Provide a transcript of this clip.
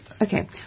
Okay